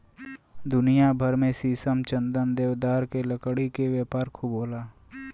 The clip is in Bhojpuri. दुनिया भर में शीशम, चंदन, देवदार के लकड़ी के व्यापार खूब होला